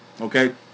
okay